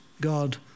God